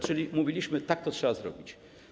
Czyli mówiliśmy tak: to trzeba zrobić.